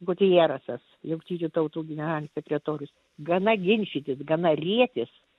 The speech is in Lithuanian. gutieresas jungtinių tautų generalinis sekretorius gana ginčytis gana rietis